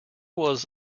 was